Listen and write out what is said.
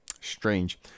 Strange